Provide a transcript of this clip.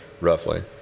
roughly